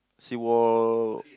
see wall